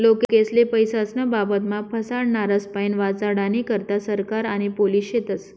लोकेस्ले पैसास्नं बाबतमा फसाडनारास्पाईन वाचाडानी करता सरकार आणि पोलिस शेतस